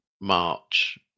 March